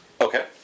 Okay